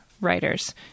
writers